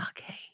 Okay